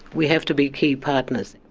we have to be key partners.